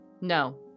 No